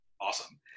awesome